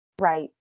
right